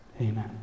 amen